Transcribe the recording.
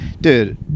Dude